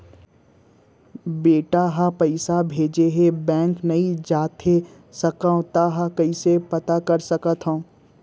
बेटा ह पइसा भेजे हे बैंक नई जाथे सकंव त कइसे पता कर सकथव?